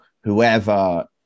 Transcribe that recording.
whoever